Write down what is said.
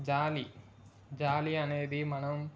జాలీ jolly అనేది మనం